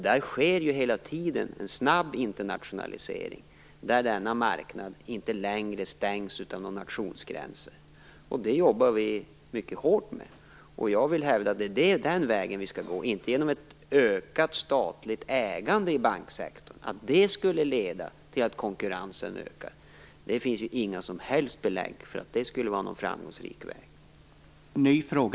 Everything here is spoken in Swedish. Där sker hela tiden en snabb internationalisering, där marknaden inte längre stängs av några nationsgränser. Det jobbar vi mycket hårt med. Jag hävdar att det är den vägen vi skall gå. Det handlar inte om ett ökat statligt ägande i banksektorn och att det skulle leda till att konkurrensen ökar. Det finns inga som helst belägg för att det skulle vara någon framgångsrik väg.